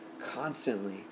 constantly